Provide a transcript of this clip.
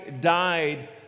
died